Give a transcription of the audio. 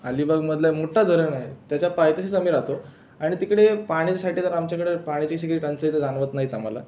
अलीबागमधला एक मोठा धरण आहे त्याच्या पायथ्याशीच आम्ही राहतो आणि तिकडे पाण्यासाठी तर आमच्याकडं पाण्याची अशी काही टंचाई तर जाणवत नाहीच आम्हाला